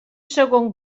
segon